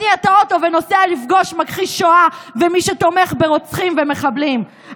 מתניע את האוטו ונוסע לפגוש מכחיש שואה ומי שתומך ברוצחים ובמחבלים.